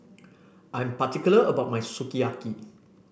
I'm particular about my Sukiyaki